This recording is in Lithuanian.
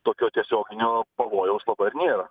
tokio tiesioginio pavojaus labai ir nėra